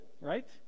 right